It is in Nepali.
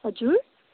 हजुर